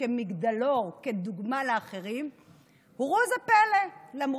בוועדה הציבורית בנוגע לתנאים של עובדים של ח"כים.